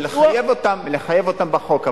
ולחייב אותם בחוק.